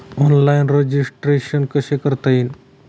Online registration कसे करता येईल?